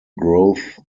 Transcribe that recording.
growth